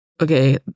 okay